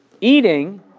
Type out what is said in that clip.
eating